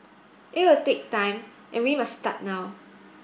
it will take time and we must start now